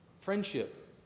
friendship